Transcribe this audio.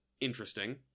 Interesting